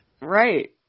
Right